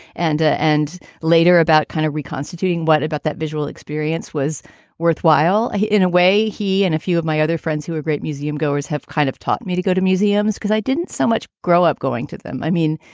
and. ah and later, about kind of reconstituting. what about that visual experience was worthwhile in a way. he and a few of my other friends who are great museum goers have kind of taught me to go to museums because i didn't so much grow up going to them. i mean,